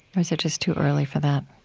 or is it just too early for that?